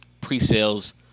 pre-sales